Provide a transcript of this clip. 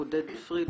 עודד פריד.